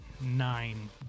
nine